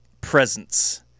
presence